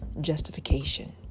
justification